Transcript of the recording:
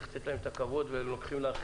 צריך לתת להם את הכבוד והם לוקחים לך